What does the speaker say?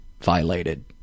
violated